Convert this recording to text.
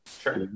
Sure